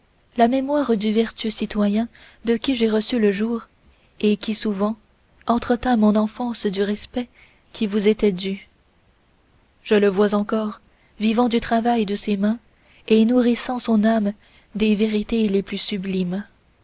la mémoire du vertueux citoyen de qui j'ai reçu le jour et qui souvent entretint mon enfance du respect qui vous était dû je le vois encore vivant du travail de ses mains et nourrissant son ame des vérités les plus sublimes